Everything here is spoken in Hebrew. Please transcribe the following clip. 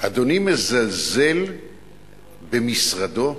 אדוני מזלזל במשרדו?